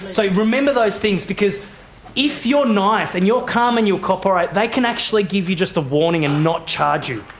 so remember those things, because if you are nice and you are calm and you cooperate, they can actually give you just a warning and not charge you.